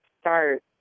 start